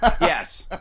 Yes